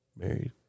Married